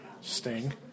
Sting